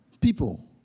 People